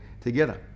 together